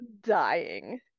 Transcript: dying